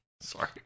Sorry